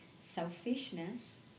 selfishness